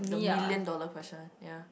the million dollar question